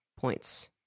points